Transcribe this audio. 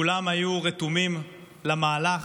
כולם היו רתומים למהלך,